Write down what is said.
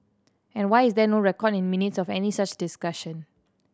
and why is there no record in Minutes of any such discussion